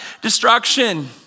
destruction